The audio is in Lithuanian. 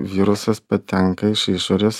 virusas patenka iš išorės